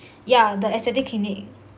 yeah the aesthetic clinic